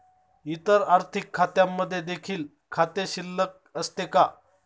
इतर आर्थिक खात्यांमध्ये देखील खाते शिल्लक असते का?